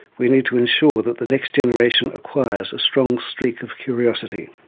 we need to ensure that the next generation acquires a strong streak of curiosity.